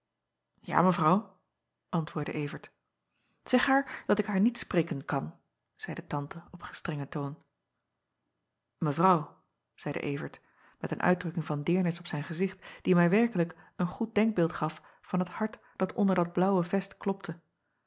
a evrouw antwoordde vert eg haar dat ik haar niet spreken kan zeide ante op gestrengen toon evrouw zeide vert met een uitdrukking van deernis op zijn gezicht die mij werkelijk een goed denkbeeld gaf van het hart dat onder dat blaauwe vest klopte